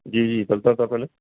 جی جی چلتا تھا پہلے